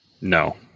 No